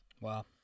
Wow